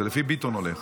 זה לפי ביטון הולך.